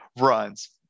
runs